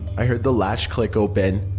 i heard the latch click open.